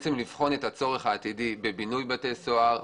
לבחון את הצורך העתידי בבינוי בתי-סוהר,